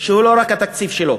שהוא לא רק התקציב שלו,